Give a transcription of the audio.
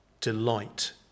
delight